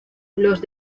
los